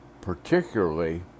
particularly